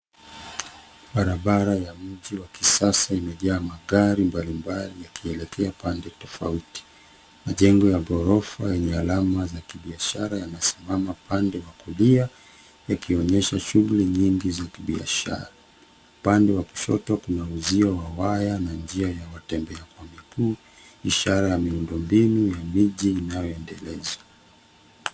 Barabara wa mji wa kisasa imejaa magari mbalimbali yakielekea pande tofauti. Majengo ya ghorofa yenye alama za kibiashara yanasimama upande wa kulia, yakionyesha shughuli nyingi za kibiashara. Upande wa kushoto kuna uzio wa waya na njia ya watembea kwa miguu, ishara ya miundo mbinu ya miji inayoendelezwa.